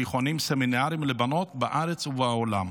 תיכונים וסמינרים לבנות בארץ ובעולם.